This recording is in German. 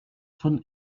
von